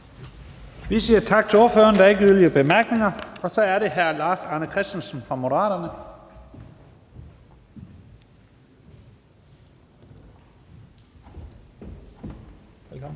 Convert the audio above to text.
Vi siger tak til ordføreren. Der er ikke yderligere korte bemærkninger. Så er det hr. Lars Arne Christensen fra Moderaterne. Velkommen.